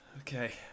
Okay